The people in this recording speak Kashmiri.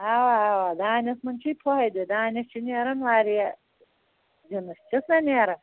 اَوا اَوا دانس منٛز چھُے فٲیِدٕ دانٮ۪س چھُ نیران واریاہ جِنٕس چھِس نا نیران